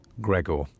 Gregor